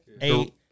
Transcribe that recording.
eight